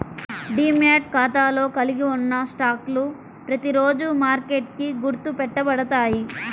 demat ఖాతాలో కలిగి ఉన్న స్టాక్లు ప్రతిరోజూ మార్కెట్కి గుర్తు పెట్టబడతాయి